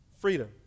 freedom